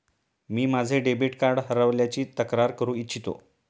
मी माझे debit card हरवल्याची तक्रार करू इच्छितो